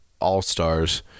all-stars